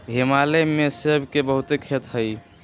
हिमाचल में सेब के बहुते खेत हई